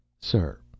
Sir